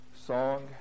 song